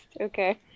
Okay